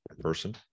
person